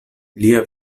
lia